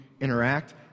interact